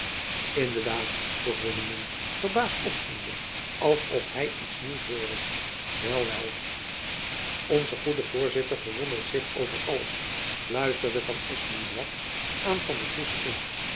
in de daad vroeg wimmenum verbaasd opziende als of hy iets nieuws hoorde wel wel onze goede voorzitter verwondert zich over alles fluisterde van espenblad aan van der goes in